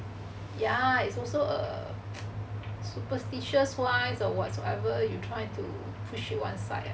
ya is also a superstitious wise or whatsoever you try to push it one side ah